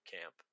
camp